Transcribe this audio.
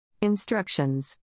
Instructions